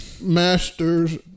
masters